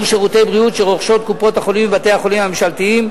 שירותי בריאות שרוכשות קופות-החולים בבתי-החולים הממשלתיים,